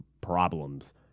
problems